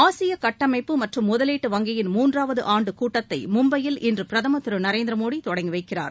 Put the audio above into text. ஆசிய கட்டமைப்பு மற்றும் முதலீட்டு வங்கியின் மூன்றாவது ஆண்டு கூட்டத்தை மும்பையில் இன்று பிரதமர் திரு நரேந்திர மோடி தொடங்கி வைக்கிறார்